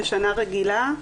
בשנה רגילה,